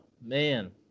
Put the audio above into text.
man